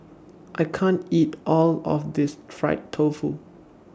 I can't eat All of This Fried Tofu